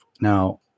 Now